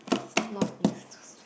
so not used to